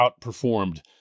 outperformed